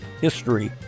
history